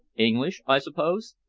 english, i suppose?